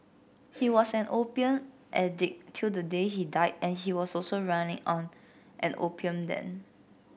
he was an opium addict till the day he died and he was also running on an opium den